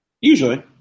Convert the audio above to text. Usually